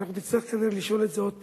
ואנחנו נצטרך כנראה לשאול את זה עוד פעם: